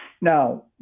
Now